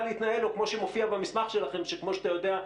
להתנהל או כמו שמופיע במסמך שלכם שכמו שאתה יודע,